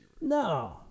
No